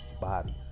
bodies